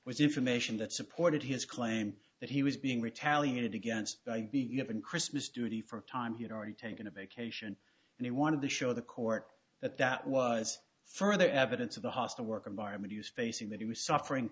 that supported his claim that he was being retaliated against be given christmas duty for time he had already taken a vacation and he wanted to show the court that that was further evidence of a hostile work environment is facing that he was suffering